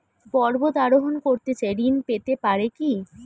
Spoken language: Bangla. পর্বত আরোহণ করতে চাই ঋণ পেতে পারে কি?